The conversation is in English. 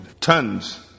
tons